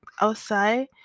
outside